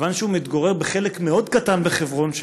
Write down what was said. מכיוון שהוא מתגורר בחלק מאוד קטן בחברון,